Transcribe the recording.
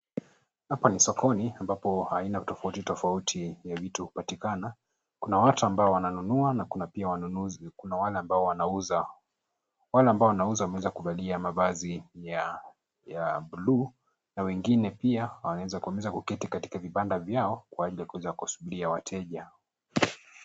Hapa ni sokoni ambapo aina tofauti tofauti ya vitu hupatikana. Kuna watu ambao wananunua na kuna pia wanunuzi na kuna wale ambao wanauza. Wale ambao wanauza wameweza kuvalia mavazi ya buluu na wengine pia wameweza kuketi katika vibanda vyao kwa ile kukuja kusubiria wateja.